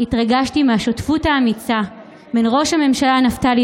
התרגשתי מהשותפות האמיצה בין ראש הממשלה נפתלי